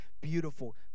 beautiful